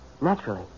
Naturally